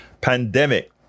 pandemic